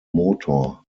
motor